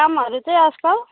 कामहरू चाहिँ आजकल